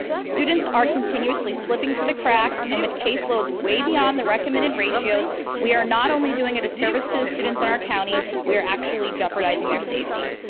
students are continuously slipping through the cracks and with case loads way beyond the recommended ratios we are not only doing a disservice to the students in our county, we are actually jeopardizing their safety.